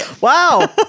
Wow